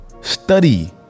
Study